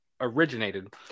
originated